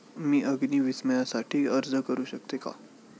मी अग्नी विम्यासाठी अर्ज करू शकते का?